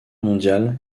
mondiale